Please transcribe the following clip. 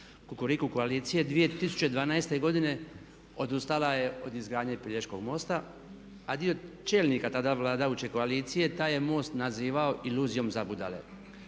kukuriku koalicije 2012. godine odustala je od izgradnje Pelješkog mosta a dio čelnika tada vladajuće koalicije taj je most nazivao iluzijom za budale.